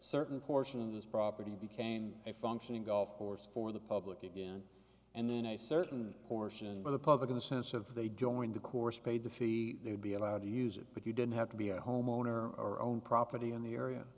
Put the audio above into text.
certain portion of this property became a functioning golf course for the public again and then a certain portion of the public in the sense of they joined the chorus paid the fee they would be allowed to use it but you didn't have to be a homeowner or own property in the area